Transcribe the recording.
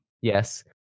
Yes